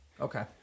Okay